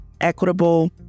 equitable